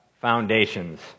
foundations